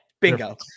bingo